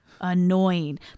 annoying